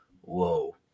whoa